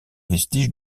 vestige